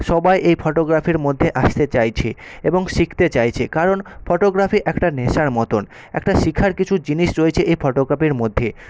সবাই এই ফটোগ্রাফির মধ্যে আসতে চাইছে এবং শিখতে চাইছে কারণ ফটোগ্রাফি একটা নেশার মতন একটা শেখার কিছু জিনিস রয়েছে এই ফটোগ্রাফির মধ্যে